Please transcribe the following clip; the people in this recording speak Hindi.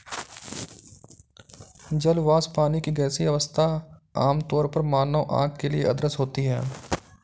जल वाष्प, पानी की गैसीय अवस्था, आमतौर पर मानव आँख के लिए अदृश्य होती है